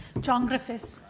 john griffiths